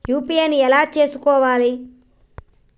UPI ను ఎలా చేస్కోవాలి?